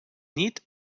nit